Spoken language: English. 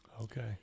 Okay